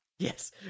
Yes